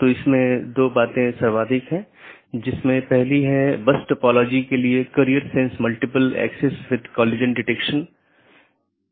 कुछ और अवधारणाएं हैं एक राउटिंग पॉलिसी जो महत्वपूर्ण है जोकि नेटवर्क के माध्यम से डेटा पैकेट के प्रवाह को बाधित करने वाले नियमों का सेट है